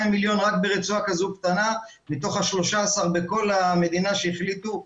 מיליון רק ברצועה כזו קטנה מתוך ה-13 בכל המדינה שהחליטו לשקם.